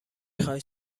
خوای